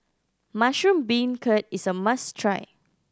mushroom beancurd is a must try